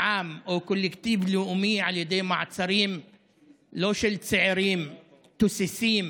עם או קולקטיב לאומי על ידי מעצרים של צעירים תוססים